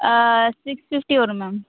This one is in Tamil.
ஆ சிக்ஸ் ஃபிஃப்டி வரும் மேம்